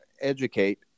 educate